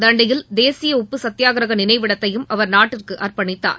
தண்டியில் தேசிய உப்பு சத்தியாக்கிரக நினைவிடத்தையும் அவர் நாட்டிற்கு அர்ப்பணித்தார்